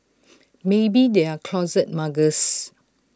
maybe they are closet muggers